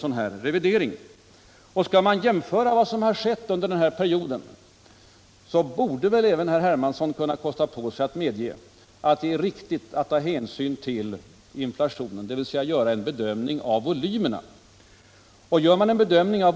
Även herr Hermansson borde kunna kosta på sig att medge att det är riktigt — om man skall titta på vad som skett under den här perioden — att ta hänsyn till inflationen, dvs. göra en bedömning av volymerna av våra investeringar.